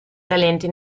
talenti